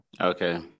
Okay